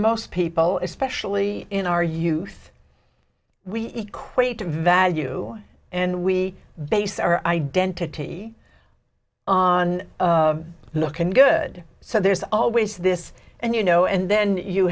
most people especially in our youth we equate to value and we base our identity on looking good so there's always this and you know and then you